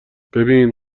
ببین